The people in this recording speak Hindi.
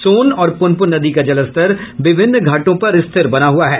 सोन और पुनपुन नदी का जलस्तर विभिन्न घाटों पर स्थिर बना हुआ है